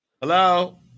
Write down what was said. hello